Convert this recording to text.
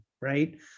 right